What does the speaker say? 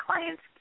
clients